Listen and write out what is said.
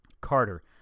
Carter